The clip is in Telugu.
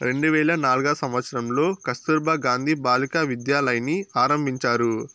రెండు వేల నాల్గవ సంవచ్చరంలో కస్తుర్బా గాంధీ బాలికా విద్యాలయని ఆరంభించారు